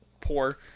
Poor